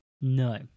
no